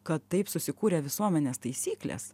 kad taip susikūrė visuomenės taisyklės